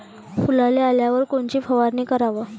फुलाले आल्यावर कोनची फवारनी कराव?